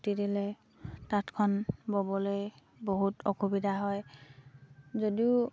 তিতিলে তাঁতখন ব'বলে বহুত অসুবিধা হয় যদিও